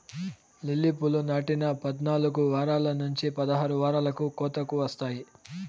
lily పూలు నాటిన పద్నాలుకు వారాల నుంచి పదహారు వారాలకు కోతకు వస్తాయి